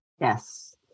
Yes